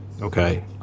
okay